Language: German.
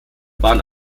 waren